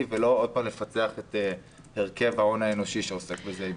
ולא עוד פעם לפצח את הרכב ההון האנושי שעוסק בזה.